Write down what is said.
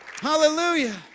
hallelujah